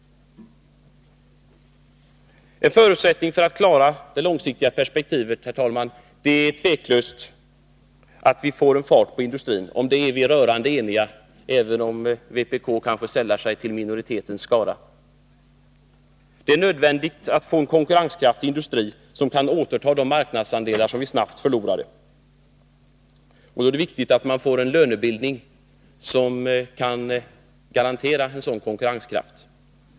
En förutsättning för att klara det långsiktiga perspektivet, herr talman, är tveklöst att vi får fart på industrin. Om det är vi rörande eniga, även om vpk kanske sällar sig till minoritetens skara. Det är nödvändigt att få en konkurrenskraftig industri som kan återta de marknadsandelar som vi snabbt förlorade, och då är det viktigt att man får en lönebildning som kan garantera en sådan konkurrenskraft.